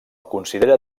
considera